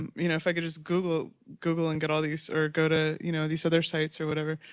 um you know, if i could just google google and get all these or go to, you know, these other sites or whatever.